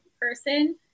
person